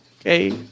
Okay